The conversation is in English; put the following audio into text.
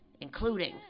including